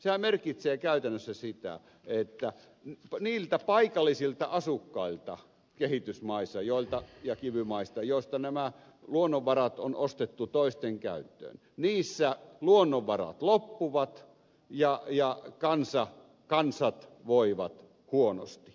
se merkitsee käytännössä sitä että niiltä paikallisilta asukkailta kehitysmaissa ja ivy maissa joista nämä luonnonvarat on ostettu toisten käyttöön luonnonvarat loppuvat ja kansat voivat huonosti